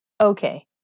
Okay